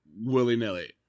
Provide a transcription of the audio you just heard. willy-nilly